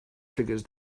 figures